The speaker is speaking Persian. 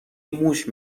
موش